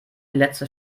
letzte